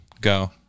Go